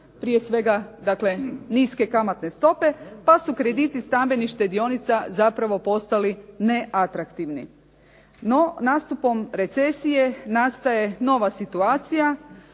prije svega niske kamatne stope, pa su krediti stambenih štedionica zapravo postali neatraktivni. No, nastupom recesije nastaje nova situacija.